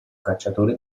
cacciatore